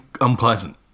unpleasant